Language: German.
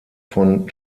von